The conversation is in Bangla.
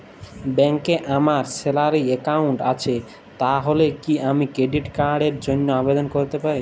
ব্যাংকে আমার স্যালারি অ্যাকাউন্ট আছে তাহলে কি আমি ক্রেডিট কার্ড র জন্য আবেদন করতে পারি?